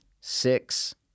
six